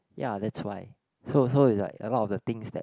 ya that's why so so it's like a lot of the things that